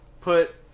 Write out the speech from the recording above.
put